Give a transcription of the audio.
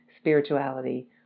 spirituality